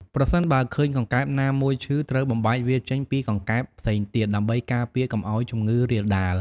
ប្រសិនបើឃើញកង្កែបណាមួយឈឺ ត្រូវបំបែកវាចេញពីកង្កែបផ្សេងទៀត ដើម្បីការពារកុំឲ្យជំងឺរាលដាល។